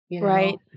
Right